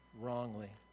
wrongly